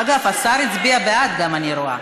אגב, השר הצביע בעד, גם, אני רואה.